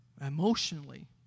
emotionally